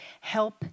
Help